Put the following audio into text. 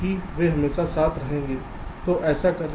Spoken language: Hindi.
क्योंकि वे हमेशा साथ रहेंगे वे हमेशा साथ रहेंगे